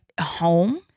home